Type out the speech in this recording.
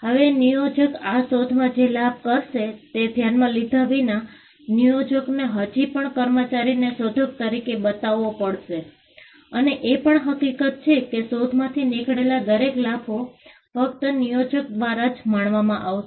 હવે નિયોજક આ શોધમાંથી જે લાભ કરશે તે ધ્યાનમાં લીધા વિના નિયોજકને હજી પણ કર્મચારીને શોધક તરીકે બતાવવો પડશે અને એ પણ હકીકત છે કે શોધમાંથી નીકળેલા દરેક લાભો ફક્ત નિયોજક દ્વારા જ માણવામાં આવશે